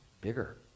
bigger